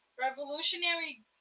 Revolutionary